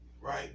Right